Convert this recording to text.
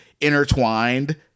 intertwined